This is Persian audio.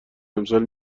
امسال